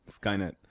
skynet